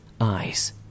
Eyes